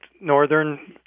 northern